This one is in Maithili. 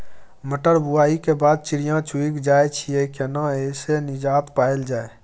मटर बुआई के बाद चिड़िया चुइग जाय छियै केना ऐसे निजात पायल जाय?